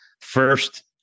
First